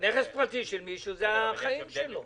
נכס פרטי של מישהו זה החיים שלו.